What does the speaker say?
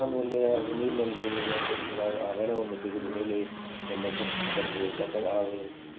ಆಮೇಲೆ ಅವು ನೀರ್ನಲ್ಲಿ ಆ ಹೆಣವನ್ನು ತೆಗೆದು ಮೇಲೆ ಎಲ್ಲ ತಂದ್ ತಂದು ಆ